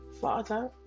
Father